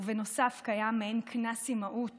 ובנוסף, קיים מעין קנס אימהות